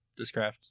discraft